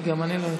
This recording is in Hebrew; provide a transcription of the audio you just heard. גם אני לא הצבעתי.